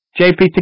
JP